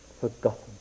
forgotten